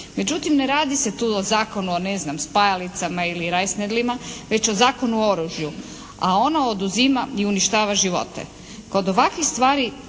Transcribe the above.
Međutim, ne radi se tu o zakonu o ne znam spajalicama ili rajsnedlima, već o Zakonu o oružju a ono oduzima i uništava živote. Kod ovakvih stvari